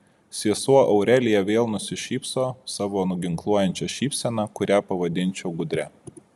sesuo aurelija vėl nusišypso savo nuginkluojančia šypsena kurią pavadinčiau gudria